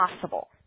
possible